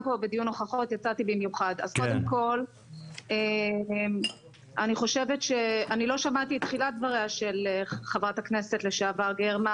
אז קודם כל אני לא שמעתי את תחילת דבריה של חברת הכנסת גרמן,